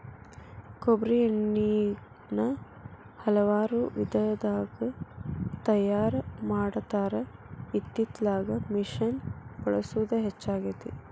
ಕೊಬ್ಬ್ರಿ ಎಣ್ಣಿನಾ ಹಲವಾರು ವಿಧದಾಗ ತಯಾರಾ ಮಾಡತಾರ ಇತ್ತಿತ್ತಲಾಗ ಮಿಷಿನ್ ಬಳಸುದ ಹೆಚ್ಚಾಗೆತಿ